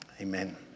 Amen